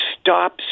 stop